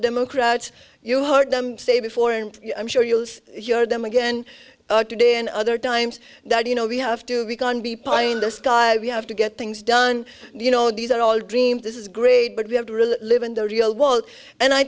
democrats you heard them say before and i'm sure you'll hear them again today and other times that you know we have to be gone be paying this guy we have to get things done you know these are all dream this is great but we have to really live in the real world and i